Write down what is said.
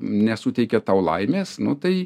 nesuteikia tau laimės nu tai